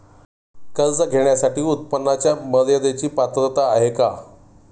कर्ज घेण्यासाठी उत्पन्नाच्या मर्यदेची पात्रता आहे का?